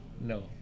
No